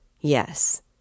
Yes